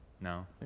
no